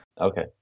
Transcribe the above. Okay